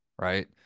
right